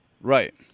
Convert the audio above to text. Right